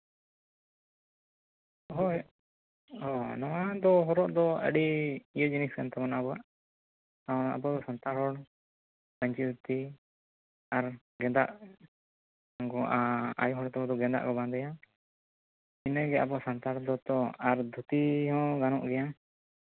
ᱦᱳᱭ ᱱᱚᱣᱟ ᱫᱚ ᱦᱚᱨᱚᱜ ᱫᱚ ᱟᱹᱰᱤ ᱤᱭᱟᱹ ᱡᱤᱱᱤᱥ ᱠᱟᱱ ᱛᱟᱵᱳᱱᱟ ᱟᱵᱚᱣᱟᱜ ᱟᱵᱚ ᱥᱟᱱᱛᱟᱲ ᱦᱚᱲ ᱯᱟᱧᱪᱤ ᱫᱷᱩᱛᱤ ᱟᱨ ᱜᱮᱸᱫᱟᱜ ᱟᱭᱳ ᱦᱚᱲ ᱠᱚᱫᱚ ᱜᱮᱸᱫᱟᱜ ᱠᱚ ᱵᱟᱸᱫᱮᱭᱟ ᱤᱱᱟᱹᱜᱮ ᱟᱵᱚ ᱥᱟᱱᱛᱟᱲ ᱫᱚ ᱟᱨ ᱫᱷᱩᱛᱤ ᱦᱚᱸ ᱜᱟᱱᱚᱜ ᱜᱮᱭᱟ